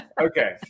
okay